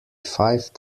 five